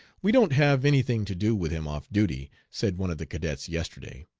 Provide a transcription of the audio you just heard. we don't have any thing to do with him off duty said one of the cadets yesterday.